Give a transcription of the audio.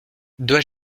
dois